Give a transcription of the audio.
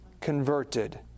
converted